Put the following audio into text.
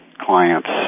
client's